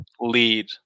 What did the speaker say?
lead